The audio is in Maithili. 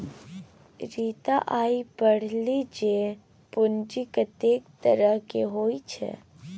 रीता आय पढ़लीह जे पूंजीक कतेक तरहकेँ होइत छै